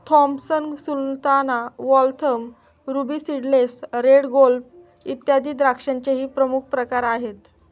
Thompson Sultana, Waltham, Ruby Seedless, Red Globe, इत्यादी द्राक्षांचेही प्रमुख प्रकार आहेत